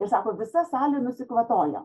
ir sako visa salė nusikvatojo